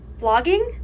vlogging